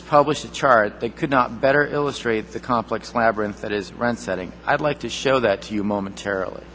has published a chart that could not better illustrate the complex labyrinth that is rent setting i'd like to show that to you momentarily